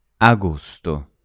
Agosto